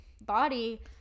body